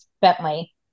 Bentley